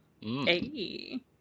Hey